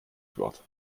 sprichwort